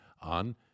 on